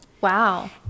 Wow